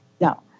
No